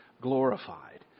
glorified